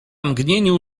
mgnieniu